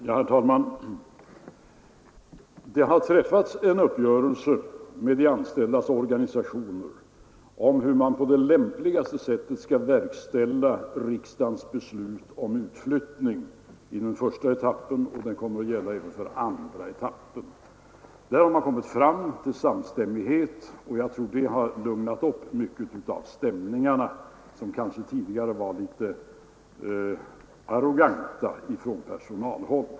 Herr talman! Det har träffats en uppgörelse med de anställdas organisationer om hur man på lämpligaste sätt skall verkställa riksdagens beslut om utflyttning i den första etappen, och det kommer att gälla även för den andra. Man har uppnått samstämmighet, och det tror jag har lugnat ner mycket av de stämningar som kanske tidigare från personalhåll var något arroganta.